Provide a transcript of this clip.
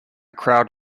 crowd